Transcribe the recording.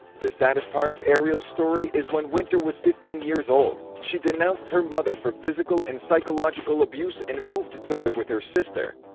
the saddest part of ariel's story is when winter was fifteen years old! she denounced her mother for physical and psychological abuse and moved to live with her sister!